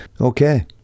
Okay